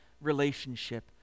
relationship